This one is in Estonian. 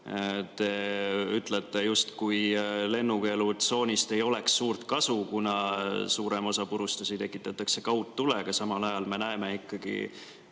Te ütlete, justkui lennukeelutsoonist ei oleks suurt kasu, kuna suurem osa purustusi tekitatakse kaugtulega, aga samal ajal me näeme ikkagi